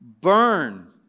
burn